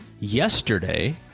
yesterday